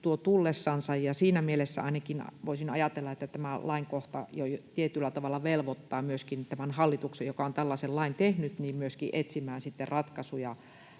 tuo tullessansa. Tietysti ainakin siinä mielessä voisin ajatella, että tämä lainkohta jo tietyllä tavalla velvoittaa tämän hallituksen, joka on tällaisen lain tehnyt, myöskin etsimään sitten ratkaisuja